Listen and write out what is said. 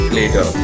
later